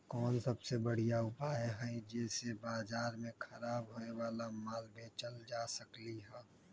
कोन सबसे बढ़िया उपाय हई जे से बाजार में खराब होये वाला माल बेचल जा सकली ह?